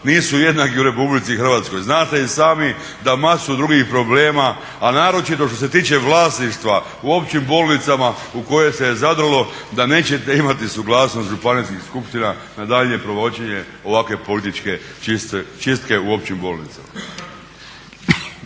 nisu jednaki u Republici Hrvatskoj. Znate i sami da masu drugih problema, a naročito što se tiče vlasništva u općim bolnicama u kojoj se … da nećete imati suglasnost županijskih skupština na daljnje provođenje ovakve političke čistke u općim bolnicama.